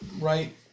Right